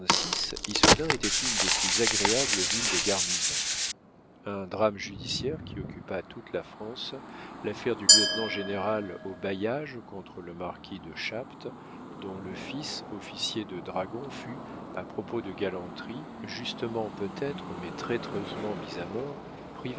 était une des plus agréables villes de garnison un drame judiciaire qui occupa toute la france l'affaire du lieutenant-général au baillage contre le marquis de chapt dont le fils officier de dragons fut à propos de galanterie justement peut-être mais traîtreusement mis à mort